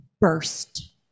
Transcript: burst